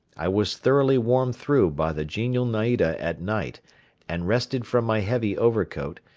i was thoroughly warmed through by the genial naida at night and rested from my heavy overcoat,